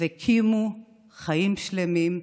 הקימו חיים שלמים.